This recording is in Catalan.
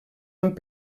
amb